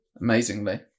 Amazingly